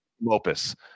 mopus